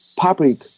Public